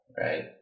right